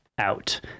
out